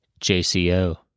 JCO